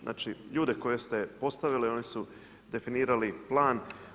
Znači ljude koje ste postavili oni su definirali plan.